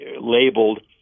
labeled